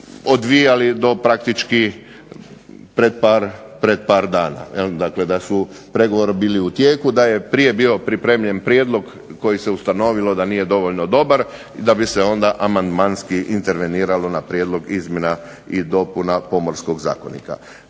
odvijali do praktički pred par dana. Dakle da su pregovori bili u tijeku, da je prije bio pripremljen prijedlog za koji se ustanovilo da nije dovoljno dobar, da bi se onda amandmanski interveniralo na prijedlog izmjena i dopuna Pomorskog zakonika.